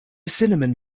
cinnamon